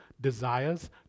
desires